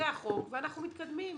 זה החוק ואנחנו מתקדמים.